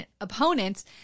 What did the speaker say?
opponents